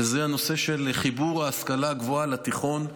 וזה הנושא של חיבור ההשכלה הגבוהה לתיכון,